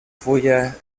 fulla